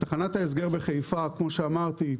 תחנת ההסגר בחיפה כמו שאמרתי,